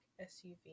SUV